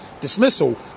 dismissal